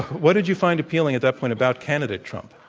what did you find appealing at that point about candidate trump?